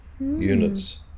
units